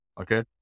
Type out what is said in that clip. Okay